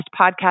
Podcast